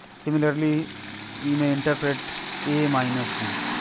similarly we may interpret a minus b.